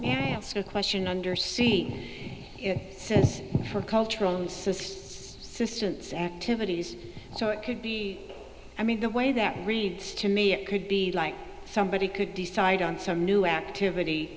answer question under see it says for cultural distance activities so it could be i mean the way that reads to me it could be like somebody could decide on some new activity